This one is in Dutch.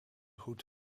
goed